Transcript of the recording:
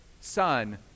Son